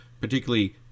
particularly